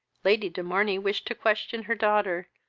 lady de morney wished to question her daughter,